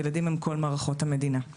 ילדים הם כל מערכות המדינה.